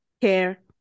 care